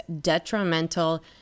detrimental